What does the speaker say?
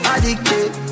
Addicted